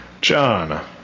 John